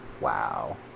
Wow